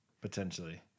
Potentially